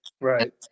Right